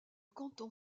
canton